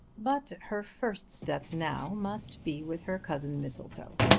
but her first step now must be with her cousin mistletoe.